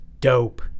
dope